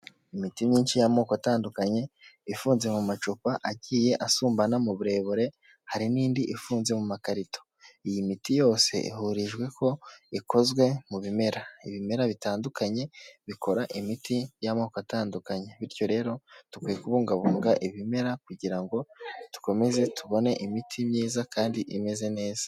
Imiti myinshi y'amoko atandukanye, ifunze mu macupa agiye asumbana mu burebure hari n'indi ifunze mu makarito, iyi miti yose ihurijwe ko ikozwe mu bimera, ibimera bitandukanye bikora imiti y'amoko atandukanye, bityo rero dukwiye kubungabunga ibimera kugira ngo dukomeze tubone imiti myiza kandi imeze neza.